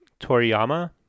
Toriyama